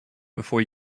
before